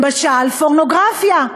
למשל, פורנוגרפיה,